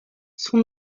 son